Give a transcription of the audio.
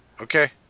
Okay